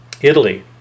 Italy